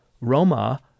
Roma